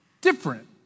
Different